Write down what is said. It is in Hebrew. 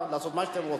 לעשות מה שאתם רוצים.